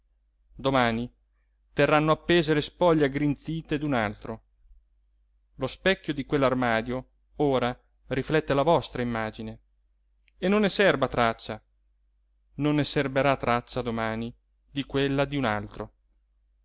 domani terranno appese le spoglie aggrinzite d'un altro lo specchio di quell'armadio ora riflette la vostra immagine e non ne serba traccia non serberà traccia domani di quella d'un altro